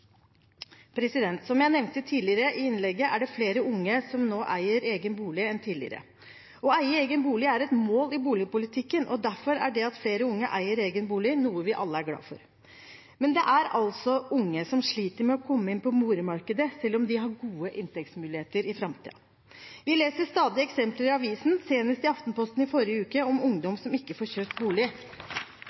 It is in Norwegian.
Som jeg nevnte tidligere i innlegget, er det flere unge som nå eier egen bolig enn tidligere. Å eie egen bolig er et mål i boligpolitikken, og derfor er det at flere unge eier egen bolig, noe vi alle er glade for. Men det er altså unge som sliter med å komme inn på boligmarkedet, selv om de har gode inntektsmuligheter i framtiden. Vi leser stadig eksempler i avisen, senest i Aftenposten i forrige uke, om ungdom som ikke får kjøpt bolig.